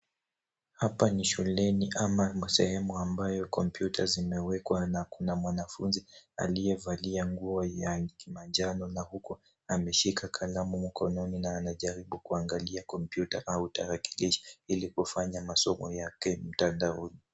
Hapa ni shuleni ama sehemu ambayo kompyuta zimewekwa na kuna mwanafunzi aliyevalia nguo ya kimanjano na huku ameshika kalamu mkononi na anajaribu kuangilia kompyuta au tarakilishi ili kufanya masomo yake mtandaoni.